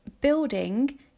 building